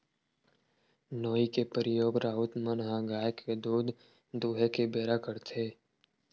नोई के परियोग राउत मन ह गाय के दूद दूहें के बेरा करथे